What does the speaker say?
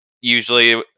usually